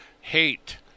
hate